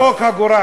זה צחוק הגורל.